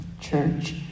Church